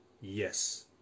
yes